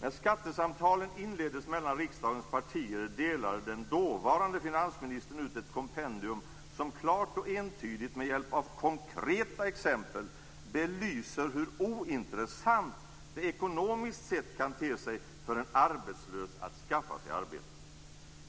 När skattesamtalen mellan riksdagens partier inleddes delade den dåvarande finansministern ut ett kompendium som klart och entydigt, med hjälp av konkreta exempel, belyser hur ointressant det ekonomiskt sett kan te sig för en arbetslös att skaffa sig arbete.